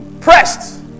pressed